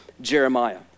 Jeremiah